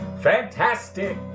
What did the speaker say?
Fantastic